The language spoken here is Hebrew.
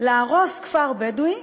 להרוס כפר בדואי,